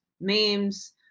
memes